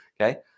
Okay